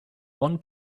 one